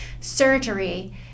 Surgery